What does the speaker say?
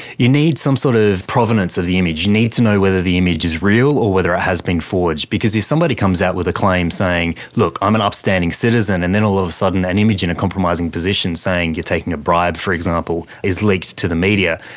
you need some sort of provenance of the image, you need to know whether the image is real or whether it has been forged. because if somebody comes out with a claim saying, look, i'm an upstanding citizen', and then all of a sudden an image in a compromising position saying you are taking a bribe, for example, is leaked to the media,